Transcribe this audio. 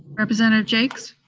representative jaques?